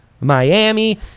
Miami